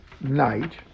night